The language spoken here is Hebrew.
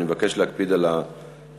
אני מבקש להקפיד על הזמנים.